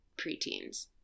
preteens